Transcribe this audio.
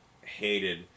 hated